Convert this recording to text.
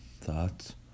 thoughts